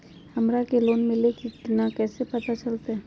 हमरा के लोन मिल्ले की न कैसे पता चलते?